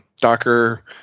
Docker